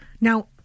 Now